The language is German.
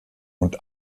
und